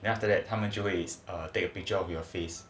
then after that 他们就会 err take a picture of your face